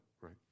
right